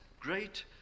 great